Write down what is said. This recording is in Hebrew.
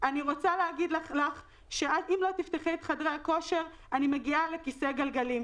אני רוצה להגיד לך שאם לא תפתחי את חדרי הכושר אני מגיעה לכיסא גלגלים.